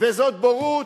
וזאת בורות,